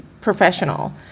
professional